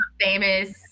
famous